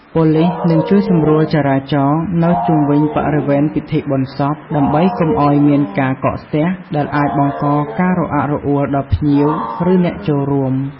ប៉ូលីសនឹងជួយសម្រួលចរាចរណ៍នៅជុំវិញបរិវេណពិធីបុណ្យសព ដើម្បីកុំឲ្យមានការកកស្ទះ ដែលអាចបង្កការរអាក់រអួលដល់ភ្ញៀវ ឬអ្នកចូលរួម។